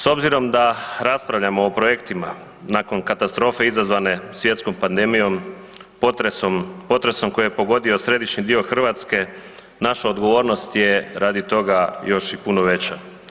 S obzirom da raspravljamo o projektima nakon katastrofe izazvane svjetskom pandemijom, potresom koji je pogodio središnji dio Hrvatske, naša odgovornost je radi toga još i puno veća.